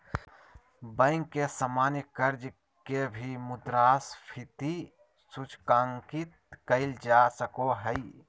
bank के सामान्य कर्ज के भी मुद्रास्फीति सूचकांकित कइल जा सको हइ